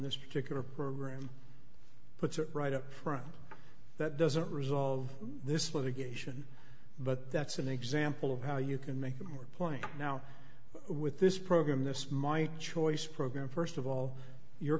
this particular program puts it right up front that doesn't resolve this litigation but that's an example of how you can make more point now with this program this my choice program first of all your